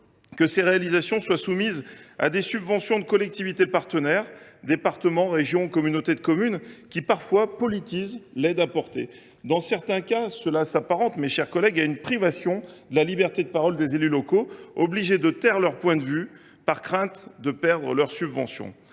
que ces réalisations soient soumises à des subventions de collectivités partenaires – départements, régions, communautés de communes – qui, parfois, politisent l’aide apportée. Dans certains cas, cela s’apparente à une privation de la liberté de parole des élus locaux, obligés de taire leur point de vue par crainte de perdre leurs subventions.